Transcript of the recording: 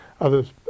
others